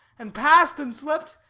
and passed, and slept,